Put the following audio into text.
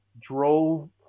drove